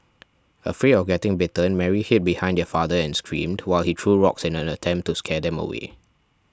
afraid of getting bitten Mary hid behind her father and screamed while he threw rocks in an attempt to scare them away